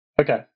Okay